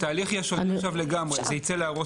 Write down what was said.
התהליך יהיה שונה עכשיו לגמרי זה ייצא להערות